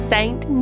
Saint